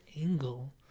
angle